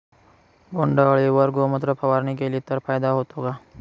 बोंडअळीवर गोमूत्र फवारणी केली तर फायदा होतो का?